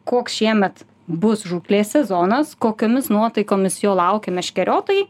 koks šiemet bus žūklės sezonas kokiomis nuotaikomis jo laukia meškeriotojai